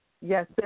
Yes